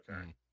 Okay